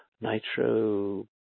nitro